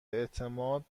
اعتماد